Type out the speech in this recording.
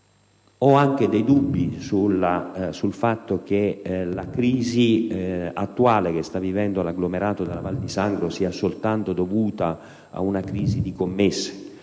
Ho peraltro dei dubbi anche sul fatto che la crisi attuale che sta vivendo l'agglomerato della Val di Sangro sia dovuta soltanto ad una crisi di commesse,